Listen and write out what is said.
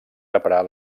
reparar